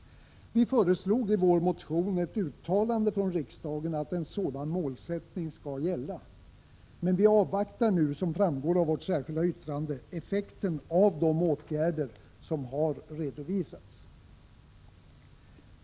Vi föreslog i vår motion ett uttalande från riksdagen att en sådan målsättning skall gälla, men vi avvaktar nu, som framgår av vårt särskilda yttrande, effekten av de åtgärder som har redovisats.